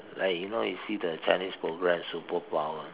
like you know you see the Chinese program superpower